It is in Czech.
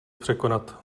překonat